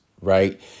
right